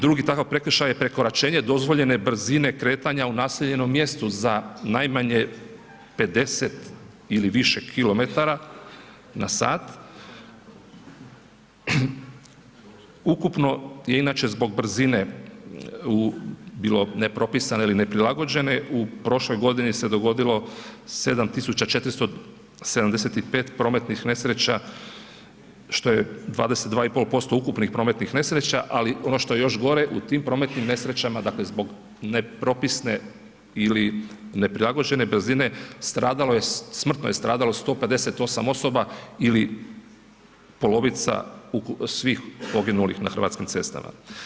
Drugi takav prekršaj je prekoračenje dozvoljene brzine kretanja u naseljenom mjestu za najmanje 50 ili više km/h, ukupno je inače, zbog brzine u, bilo nepropisano ili neprilagođene, u prošloj godini se dogodilo 7475 prometnih nesreća, što je 22% ukupnih prometnih nesreća, ali ono što je još gore, u tim prometnim nesrećama, dakle, zbog nepropisne ili neprilagođene brzine, stradalo je, smrtno je stradalo 158 osoba ili polovica svih poginulih na hrvatskim cestama.